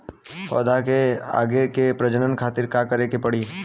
पौधा से आगे के प्रजनन खातिर का करे के पड़ी?